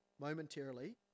momentarily